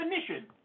definition